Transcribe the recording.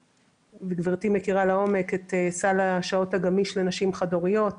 גברתי מכירה לעומק את סל השעות הגמיש לנשים חד-הוריות.